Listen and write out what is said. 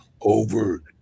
over